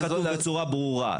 צריך להיות כתוב בצורה ברורה.